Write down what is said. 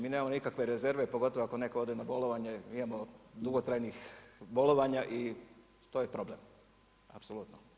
Mi nemamo nikakve rezerve pogotovo ako netko ode na bolovanje, imamo dugotrajnih bolovanja i to je problem, apsolutno.